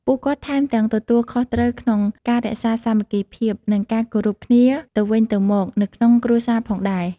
ពួកគាត់ថែមទាំងទទួលខុសត្រូវក្នុងការរក្សាសាមគ្គីភាព និងការគោរពគ្នាទៅវិញទៅមកនៅក្នុងគ្រួសារផងដែរ។